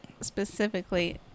specifically